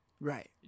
Right